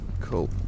Cool